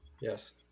Yes